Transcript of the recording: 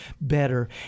better